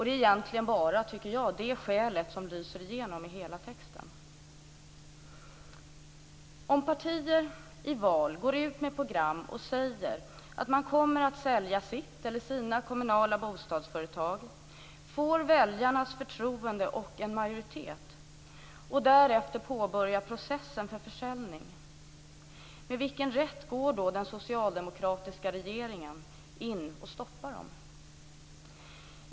Det är egentligen bara det skälet, tycker jag, som lyser igenom i hela texten. Om partier i val går ut med program och säger att man kommer att sälja sitt eller sina kommunala bostadsföretag, får väljarnas förtroende och en majoritet och därefter påbörjar processen för försäljning, med vilken rätt går då den socialdemokratiska regeringen in och stoppar dem?